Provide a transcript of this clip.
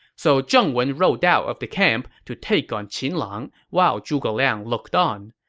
so zheng wen rode out of the camp to take on qin lang while zhuge liang looked on.